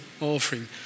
offering